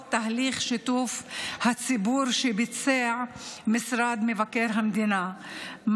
תהליך שיתוף הציבור שביצע משרד מבקר המדינה,